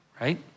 right